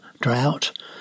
drought